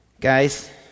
Guys